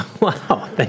Wow